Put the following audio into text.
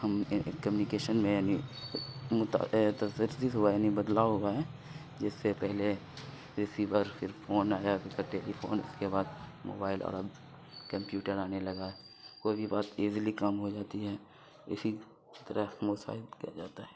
ہم کمیونیکیشن میں یعنی ہوا ہے یعنی بدلاؤ ہوا ہے جس سے پہلے ریسیور پھر فون آیا پھر ٹیلی فون اس کے بعد موبائل اور اب کمپیوٹر آنے لگا کوئی بھی بات ایزلی کام ہو جاتی ہے اسی طرح موساہد کیا جاتا ہے